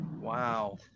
Wow